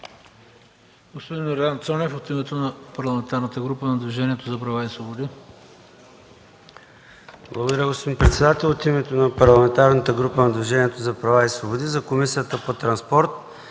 Господин Йордан Цонев – от името на Парламентарната група на Движението за права и свободи. ЙОРДАН ЦОНЕВ (ДПС): Благодаря, господин председател. От името на Парламентарната група на Движението за права и свободи за Комисията по транспорт,